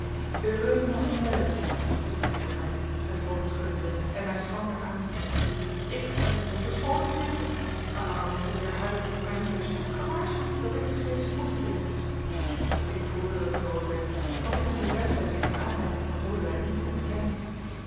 voegde hij er bij het hoofd schuddende en mij schamper aanziende ik vraag u om verschooning mejuffer maar waarom heeft de heer huyck mij niet terstond gewaarschuwd dat ik vergeefsche moeite deed ik voelde dat ik rood werd want ik kon de juistheid dezer aanmerking van lodewijk niet ontkennen